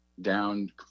down